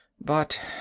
But